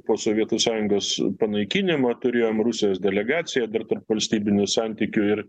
po sovietų sąjungos panaikinimo turėjom rusijos delegacija dar tarp tarpvalstybinius santykių ir